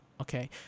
okay